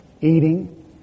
eating